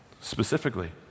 specifically